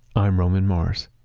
i'm roman mars